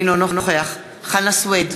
אינו נוכח חנא סוייד,